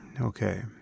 Okay